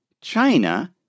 China